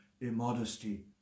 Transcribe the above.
immodesty